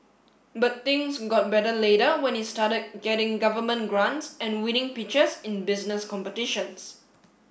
but things got better later when he started getting government grants and winning pitches in business competitions